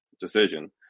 decision